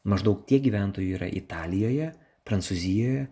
maždaug tiek gyventojų yra italijoje prancūzijoje